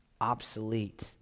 obsolete